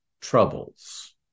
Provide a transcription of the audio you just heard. troubles